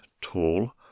tall